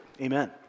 Amen